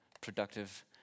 productive